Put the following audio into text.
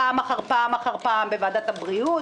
פעם אחר פעם בוועדת הבריאות